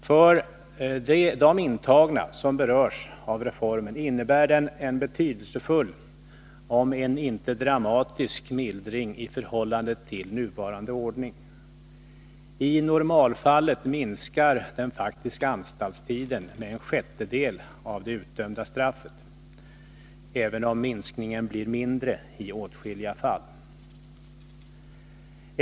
För de intagna som omfattas av reformen innebär den en betydelsefull om än inte dramatisk mildring i jämförelse med nuvarande ordning. I normalfallet minskar den faktiska anstaltstiden med en sjättedel i förhållande till det utdömda straffet, även om minskningen blir mindre i åtskilliga fall.